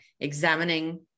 examining